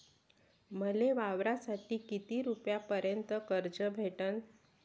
मले वावरासाठी किती रुपयापर्यंत कर्ज भेटन?